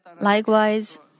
Likewise